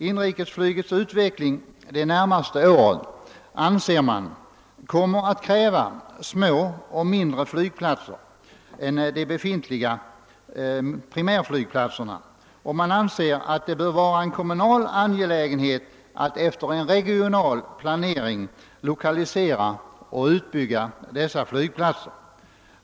Inrikesflygets utveckling under de närmaste åren anser man kommer att kräva mindre flygplatser än de nu befintliga primärflygplat serna, och man anser också att det bör vara en kommunal angelägenhet att efter en regional planering lokalisera och bygga ut dessa flygplatser.